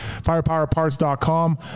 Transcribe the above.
Firepowerparts.com